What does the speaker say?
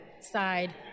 side